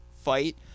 fight